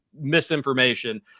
misinformation